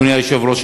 אדוני היושב-ראש,